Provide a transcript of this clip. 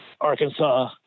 Arkansas